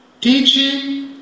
teaching